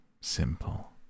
simple